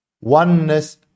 oneness